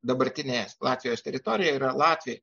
dabartinės latvijos teritorijoje yra latviai